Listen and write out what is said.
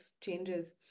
changes